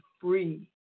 free